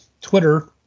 Twitter